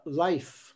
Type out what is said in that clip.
life